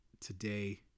today